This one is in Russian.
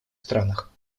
странах